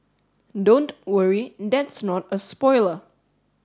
don't worry that's not a spoiler